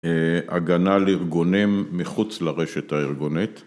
הגנה לארגונים מחוץ לרשת הארגונית.